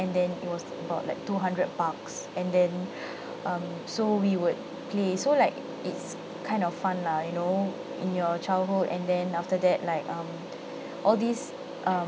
and then it was about like two hundred bucks and then um so we would play so like it's kind of fun lah you know in your childhood and then after that like um all these um